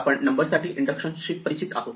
आपण नंबरसाठी इंडक्शनशी परिचित आहोत